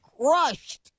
crushed